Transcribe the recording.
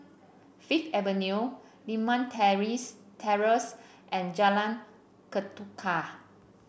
Fifth Avenue Limau Terrace Torrace and Jalan Ketuka